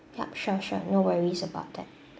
yup sure sure no worries about that